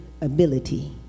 ability